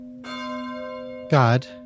God